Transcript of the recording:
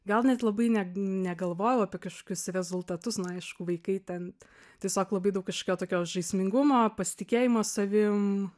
gal net labai net negalvojau apie kažkokius rezultatus na aišku vaikai ten tiesiog labai daug kažkokio tokio žaismingumo pasitikėjimo savim